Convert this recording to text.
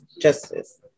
justice